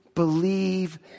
believe